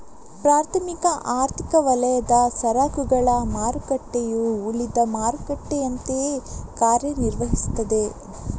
ಪ್ರಾಥಮಿಕ ಆರ್ಥಿಕ ವಲಯದ ಸರಕುಗಳ ಮಾರುಕಟ್ಟೆಯು ಉಳಿದ ಮಾರುಕಟ್ಟೆಯಂತೆಯೇ ಕಾರ್ಯ ನಿರ್ವಹಿಸ್ತದೆ